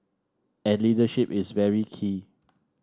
and leadership is very key